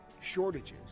shortages